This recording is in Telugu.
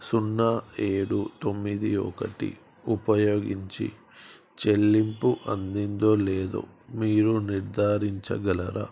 సున్నా ఏడు తొమ్మిది ఒకటి ఉపయోగించి చెల్లింపు అందిందో లేదో మీరు నిర్ధారించగలరా